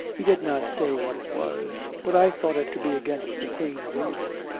he did not say what it was. but i thought it to be against the queen of england.